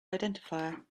identifier